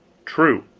true.